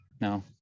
no